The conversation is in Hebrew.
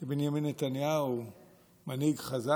שבנימין נתניהו מנהיג חזק,